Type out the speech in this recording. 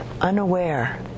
unaware